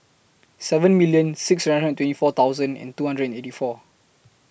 seven million six hundred and twenty four thousand and two hundred and eighty four